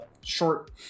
short